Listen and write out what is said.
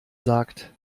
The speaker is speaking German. sagt